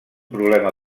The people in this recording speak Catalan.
problema